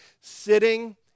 sitting